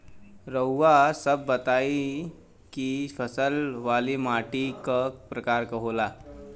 रउआ सब बताई कि फसल वाली माटी क प्रकार के होला?